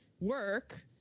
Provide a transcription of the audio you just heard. work